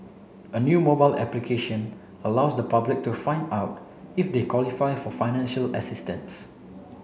a new mobile application allows the public to find out if they qualify for financial assistance